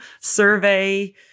survey